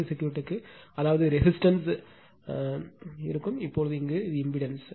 C சர்க்யூட்க்கு அதாவது resistance இருக்கும் அதே விஷயம் இங்கே அது இம்பிடன்ஸ்